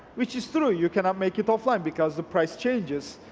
which is true, you cannot make it offline because the price changes.